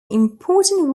important